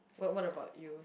what what about you